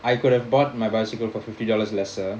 I could have bought my bicycle for fifty dollars lesser